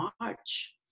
March